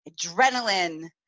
adrenaline